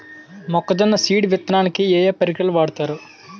మొక్కజొన్న సీడ్ విత్తడానికి ఏ ఏ పరికరాలు వాడతారు?